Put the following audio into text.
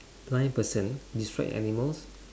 blind person describe animals